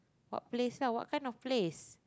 what plays lah what kind of plays